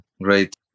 great